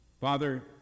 Father